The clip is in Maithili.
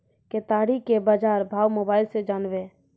केताड़ी के बाजार भाव मोबाइल से जानवे?